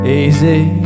easy